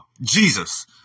Jesus